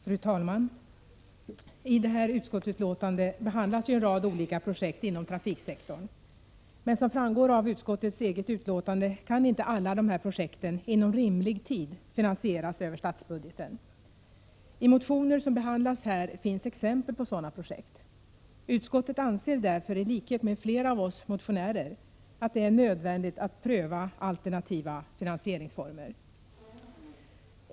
Fru talman! I det här utskottsbetänkandet behandlas ju en rad olika projekt inom trafiksektorn. Men som framgår av utskottets eget utlåtande kan inte alla dessa projekt inom rimlig tid finansieras över statsbudgeten. I motioner som behandlas i betänkandet finns exempel på sådana projekt. Utskottet anser därför, i likhet med flera av oss motionärer, att det är nödvändigt att pröva alternativa finansieringsformer.